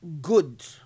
good